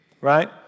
right